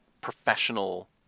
professional